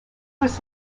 was